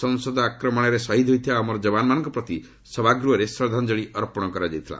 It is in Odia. ସଂସଦ ଆକ୍ରମଣରେ ଶହିଦ ହୋଇଥିବା ଅମର ଯବନାମାନଙ୍କ ପ୍ରତି ସଭାଗୃହରେ ଶ୍ରଦ୍ଧାଞ୍ଜଳି ଅର୍ପଣ କରାଯାଇଥିଲା